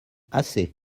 assez